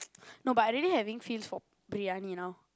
no but I already having feels for briyani now